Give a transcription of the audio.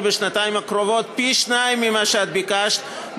בשנתיים הקרובות פי-שניים ממה שאת ביקשת,